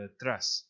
trust